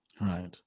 right